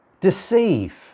deceive